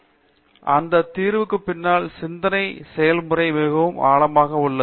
பேராசிரியர் பிரதாப் ஹரிதாஸ் சரி அந்த தீர்வுக்கு பின்னால் சிந்தனை செயல்முறை மிகவும் ஆழமாக உள்ளது